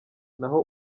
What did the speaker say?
naho